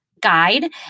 guide